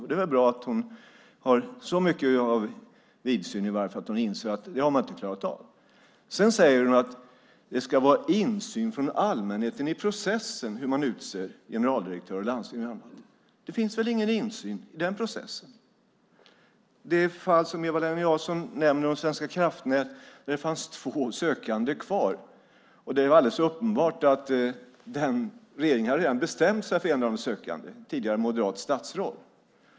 Det är väl bra att hon i alla fall har så mycket av vidsyn att hon inser att man inte har klarat av det. Så säger hon att det ska vara insyn från allmänheten i processen för hur man utser generaldirektörer och annat. Det finns väl ingen insyn i den processen! I det fall som Eva-Lena Jansson nämner, om Svenska kraftnät, fanns det två sökande kvar, och det var alldeles uppenbart att regeringen redan hade bestämt sig för en av de sökande, ett tidigare moderat statsråd.